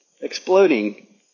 exploding